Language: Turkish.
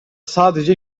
sadece